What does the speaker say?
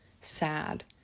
sad